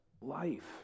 life